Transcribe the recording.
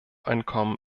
einkommen